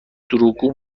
دروغگو